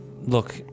look